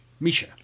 Misha